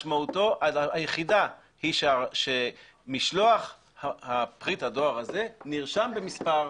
משמעותו היחידה היא שמשלוח פריט הדואר הזה נרשם במספר.